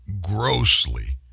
grossly